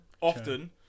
often